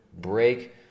break